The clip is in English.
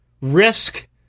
risk